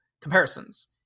comparisons